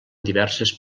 diverses